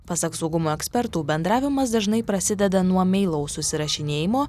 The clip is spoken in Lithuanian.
pasak saugumo ekspertų bendravimas dažnai prasideda nuo meilaus susirašinėjimo